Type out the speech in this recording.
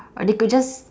or they could just